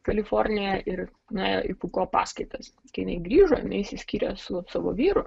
kaliforniją ir na į fuko paskaitas kai jinai grįžo jinai išsiskyrė su savo vyru